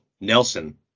Nelson